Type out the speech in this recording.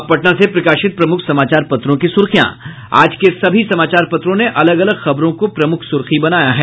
अब पटना से प्रकाशित प्रमुख समाचार पत्रों की सुर्खियां आज के सभी समाचार पत्रों ने अलग अलग खबरों को प्रमुख सुर्खी बनाया है